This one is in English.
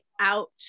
out